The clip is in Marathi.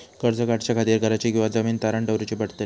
कर्ज काढच्या खातीर घराची किंवा जमीन तारण दवरूची पडतली?